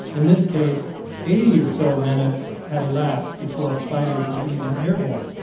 in this case eighty or so minutes had elapsed before fighters were even airborne.